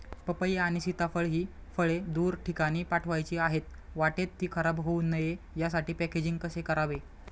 पपई आणि सीताफळ हि फळे दूर ठिकाणी पाठवायची आहेत, वाटेत ति खराब होऊ नये यासाठी पॅकेजिंग कसे करावे?